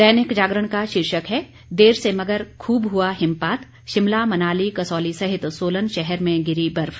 दैनिक जागरण का शीर्षक है देर से मगर खूब हुआ हिमपात शिमला मनाली कसौली सहित सोलन शहर में गिरी बर्फ